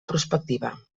prospectiva